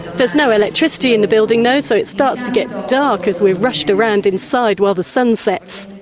there's no electricity in the building though so it starts to get dark as we're rushed around inside while the sun sets.